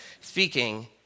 speaking